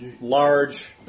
large